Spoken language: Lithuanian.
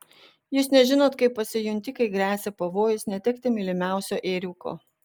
jūs nežinot kaip pasijunti kai gresia pavojus netekti mylimiausio ėriuko